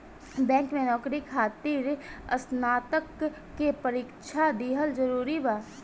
Bank में नौकरी खातिर स्नातक के परीक्षा दिहल जरूरी बा?